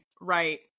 Right